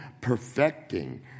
perfecting